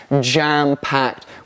jam-packed